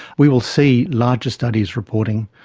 we will see larger studies reporting.